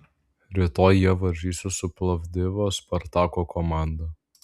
rytoj jie varžysis su plovdivo spartako komanda